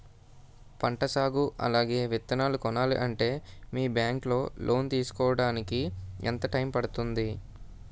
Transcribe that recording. పంట సాగు అలాగే విత్తనాలు కొనాలి అంటే మీ బ్యాంక్ లో లోన్ తీసుకోడానికి ఎంత టైం పడుతుంది?